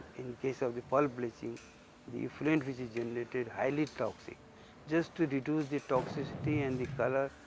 in case of the pulp bleaching the effluent, which is generated highly toxic just to reduce the toxicity and the colour.